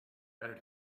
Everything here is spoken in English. better